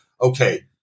Okay